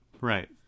Right